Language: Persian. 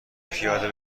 پیاده